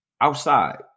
outside